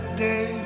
day